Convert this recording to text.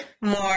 more